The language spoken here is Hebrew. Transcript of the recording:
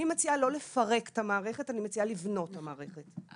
אני מציעה לא לפרק את המערכת אני מציעה לבנות את המערכת.